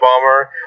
bomber